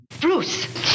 Bruce